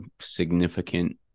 significant